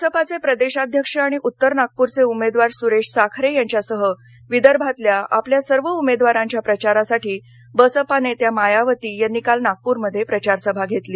बसपाचे प्रदेशाध्यक्ष आणि उत्तर नागपरचेउमेदवार सुरेश साखरे यांच्यासह विदर्भातल्या आपल्या सर्व उमेदवारांच्या प्रचारासाठी बसपा नेत्या मायावती यांनी काल नागपूरमध्ये प्रचारसभा घेतली